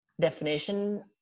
definition